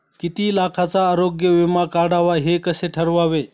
किती लाखाचा आरोग्य विमा काढावा हे कसे ठरवावे?